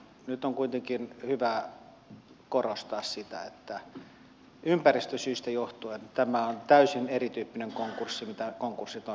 nyt on kuitenkin hyvä korostaa sitä että ympäristösyistä johtuen tämä on täysin erityyppinen konkurssi kuin konkurssit normaalisti ovat